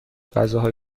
غذاهای